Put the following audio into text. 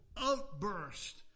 outburst